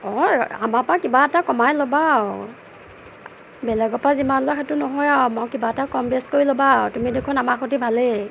অঁ আমাৰপৰা কিবা এটা কমাই ল'বা আৰু বেলেগৰপৰা যিমান লোৱা সেইটো নহয় আৰু মই কিবা এটা কম বেচ কৰি ল'বা আৰু তুমি দেখোন আমাৰ সৈতে ভালেই